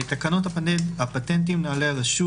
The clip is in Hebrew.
תקנות הפטנטים (נוהלי הרשות,